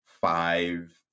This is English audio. five